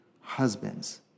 husbands